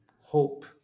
hope